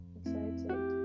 excited